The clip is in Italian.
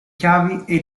chiavi